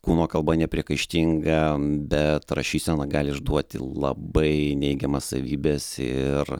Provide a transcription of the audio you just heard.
kūno kalba nepriekaištinga bet rašysena gali išduoti labai neigiamas savybes ir